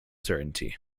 certainty